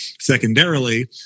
Secondarily